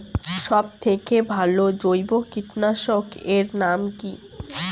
সব থেকে ভালো জৈব কীটনাশক এর নাম কি?